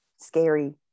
scary